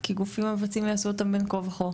כי גופים מבצעים יעשו אותם בין כה וכה.